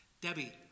Debbie